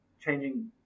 changing